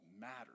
matters